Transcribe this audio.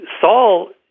Saul